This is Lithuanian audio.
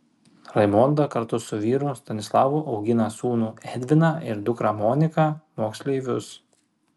raimonda kartu su vyru stanislavu augina sūnų edviną ir dukrą moniką moksleivius